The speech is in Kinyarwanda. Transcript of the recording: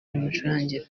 rimucurangira